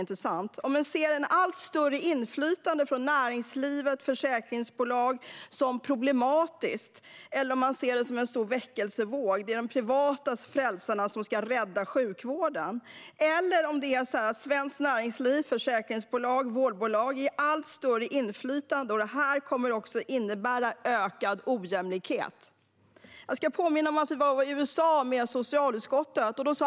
Man kan se ett allt större inflytande från näringslivet och försäkringsbolag som problematiskt. Man kan också se det som en stor väckelsevåg där det är de privata frälsarna som ska rädda sjukvården. Om svenskt näringsliv, försäkringsbolag eller vårdbolag ges allt större inflytande kommer det att innebära ökad ojämlikhet. Slopad skattefrihet för förmån av hälso och sjukvård Jag vill påminna om att vi i socialutskottet var på resa i USA.